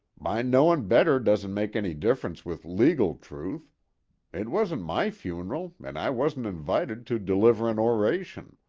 my knowin' better doesn't make any difference with legal truth it wasn't my funeral and i wasn't invited to deliver an oration.